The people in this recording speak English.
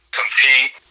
compete